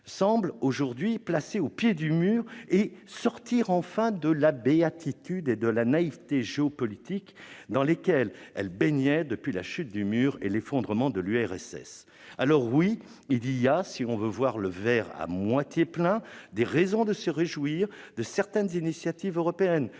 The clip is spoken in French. aujourd'hui placée au pied du mur, semble sortir enfin de la béatitude et de la naïveté géopolitiques dans lesquelles elle baignait depuis la chute du Mur et l'effondrement de l'URSS. Certes oui, il y a, si l'on veut voir le verre à moitié plein, des raisons de se réjouir de certaines initiatives européennes,